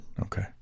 okay